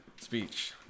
Speech